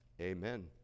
Amen